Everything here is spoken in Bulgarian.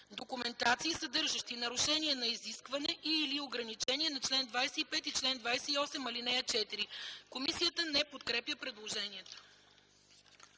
документации, съдържащи нарушение на изискване и/или ограничение на чл. 25 и чл. 28, ал. 4.” Комисията не подкрепя предложението.